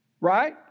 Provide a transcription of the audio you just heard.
right